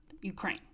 ukraine